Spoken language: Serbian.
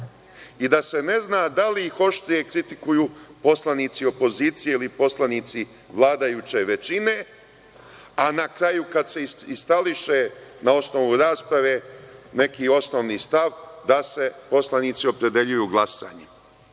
i da se ne zna da li ih oštrije kritikuju poslanici opozicije ili poslanici vladajuće većine, a na kraju kada se iskristališe na osnovu rasprave neki osnovni stav da se poslanici opredeljuju glasanjem.